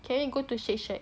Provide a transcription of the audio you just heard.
can you go to Shake Shack